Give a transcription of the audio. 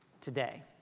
today